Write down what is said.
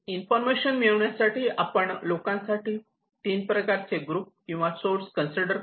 information मिळवण्यासाठी आपण लोकांसाठी तीन प्रकारचे ग्रुप किंवा सोर्स कन्सिडर करू